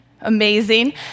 Amazing